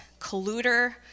colluder